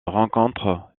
rencontre